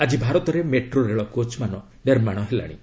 ଆକି ଭାରତରେ ମେଟ୍ରୋ ରେଳ କୋଚ୍ମାନ ନିର୍ମାଣ ହେଲାଶି